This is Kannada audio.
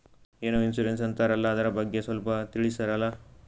ಏನೋ ಇನ್ಸೂರೆನ್ಸ್ ಅಂತಾರಲ್ಲ, ಅದರ ಬಗ್ಗೆ ಸ್ವಲ್ಪ ತಿಳಿಸರಲಾ?